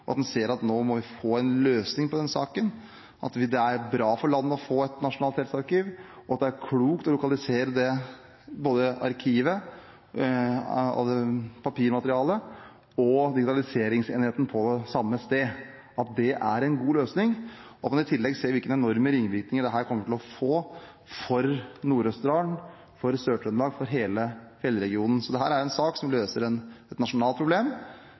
og at en ser at vi nå må få en løsning på den saken, at det er bra for landet å få et nasjonalt helsearkiv, at det er klokt å lokalisere både arkivet, papirmaterialet og digitaliseringsenheten på samme sted, og at det er en god løsning. Jeg håper at en i tillegg ser hvilke enorme ringvirkninger dette kommer til å få for Nord-Østerdal, Sør-Trøndelag og hele Fjellregionen. Dette er en sak som løser et nasjonalt problem,